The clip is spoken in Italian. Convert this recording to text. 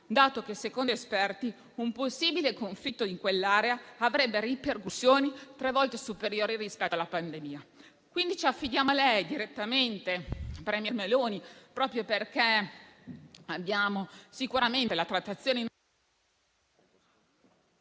dato che, secondo gli esperti, un possibile conflitto nell'area avrebbe ripercussioni tre volte superiori rispetto alla pandemia. Quindi ci affidiamo a lei direttamente, *premier* Meloni, proprio perché abbiamo sicuramente la trattazione...